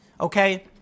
Okay